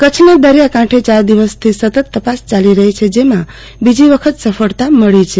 કચ્છના દરિયાકાંઠે ચાર દિવસથી સતત તપાસ ચાલી રહી છે જેમાં બીજી વખત સફળતા મળી છે